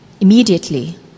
Immediately